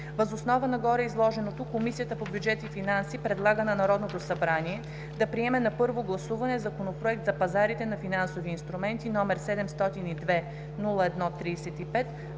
Въз основа на гореизложеното, Комисията по бюджет и финанси предлага на Народното събрание да приеме на първо гласуване Законопроект за пазарите на финансови инструменти, № 702-01-35,